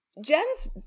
Jen's